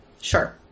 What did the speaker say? Sure